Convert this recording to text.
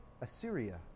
Assyria